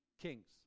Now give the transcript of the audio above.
Kings